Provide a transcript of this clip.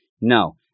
No